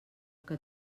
que